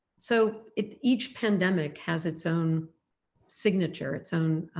so if each pandemic has its own signature, its own